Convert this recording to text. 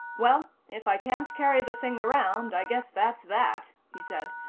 well, if i can't carry the thing around, i guess that's that, he said.